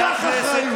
קח אחריות.